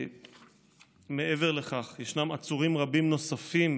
מעבר לכך, יש עצורים רבים נוספים